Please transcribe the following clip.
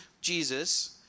Jesus